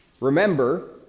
remember